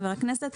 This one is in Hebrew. חבר הכנסת,